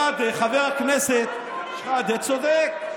חבר הכנסת שחאדה צודק.